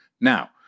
Now